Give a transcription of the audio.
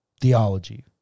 theology